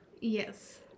Yes